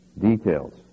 details